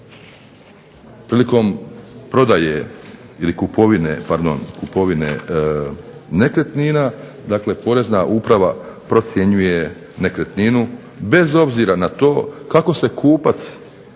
ili kupovine nekretnina dakle Porezna uprava procjenjuje nekretninu bez obzira na to kako se kupac